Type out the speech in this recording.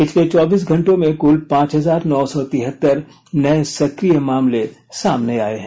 पिछले चौबीस घंटों में कुल पांच हजार नौ सौ तिहतर नये सक्रिय मामले सामने आए हैं